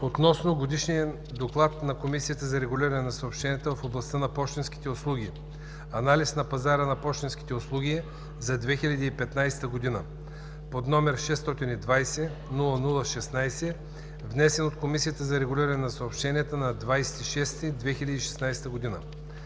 относно Годишен доклад на Комисията за регулиране на съобщенията в областта на пощенските услуги – „Анализ на пазара на пощенските услуги за 2015 г.“, № 620-00-16, внесен от Комисията за регулиране на съобщенията на 20 юни